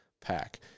pack